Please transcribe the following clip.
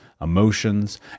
emotions